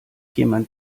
jemand